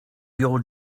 your